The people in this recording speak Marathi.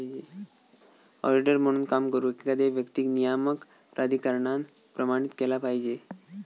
ऑडिटर म्हणून काम करुक, एखाद्या व्यक्तीक नियामक प्राधिकरणान प्रमाणित केला पाहिजे